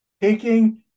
Taking